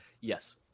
Yes